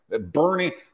bernie